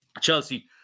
Chelsea